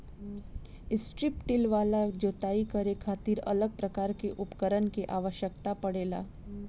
strip till वाला जोताई करे खातिर अलग प्रकार के उपकरण के आवस्यकता पड़ेला